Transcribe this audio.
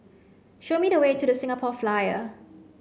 show me the way to the Singapore Flyer